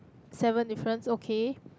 seven difference okay